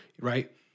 right